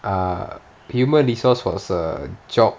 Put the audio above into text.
err human resource was a job